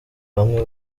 bamwe